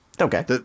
Okay